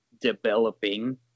developing